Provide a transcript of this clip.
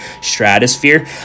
stratosphere